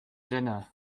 dinner